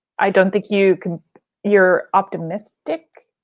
i don't think you know you're optimistic,